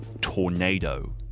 tornado